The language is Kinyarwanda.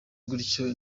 gutyo